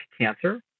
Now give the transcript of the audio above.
cancer